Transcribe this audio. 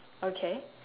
okay